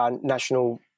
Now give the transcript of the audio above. National